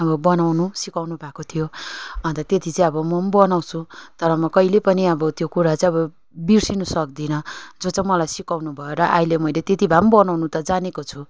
अब बनाउनु सिकाउनु भएको थियो अन्त त्यति चाहिँ अब म बनाउँछु तर म कहिले पनि अब त्यो कुरा चाहिँ अब बिर्सनु सक्दिनँ जो चाहिँ मलाई सिकाउनु भयो र अहिले मैले त्यति भए पनि बनाउनु त जानेको छु